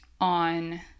on